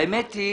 האמת היא